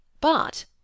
But—